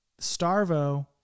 Starvo